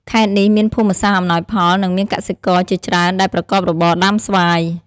ខេត្តនេះមានភូមិសាស្ត្រអំណោយផល និងមានកសិករជាច្រើនដែលប្រកបរបរដាំស្វាយ។